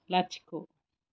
लाथिख'